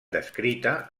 descrita